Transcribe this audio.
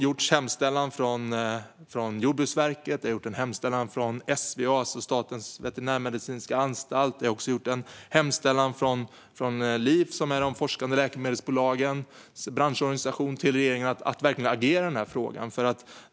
Jordbruksverket, Statens veterinärmedicinska anstalt och Lif, som är de forskande läkemedelsbolagens branschorganisation, har gjort hemställan till regeringen om att agera i denna fråga.